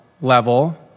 level